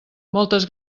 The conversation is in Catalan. moltes